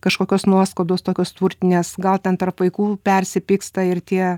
kažkokios nuoskaudos tokios turtinės gal ten tarp vaikų persipyksta ir tie